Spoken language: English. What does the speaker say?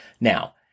Now